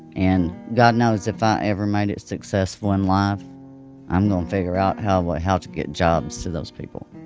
and god knows if i ever made it successful in life i'm gonna figure out how, what how to get jobs to those people.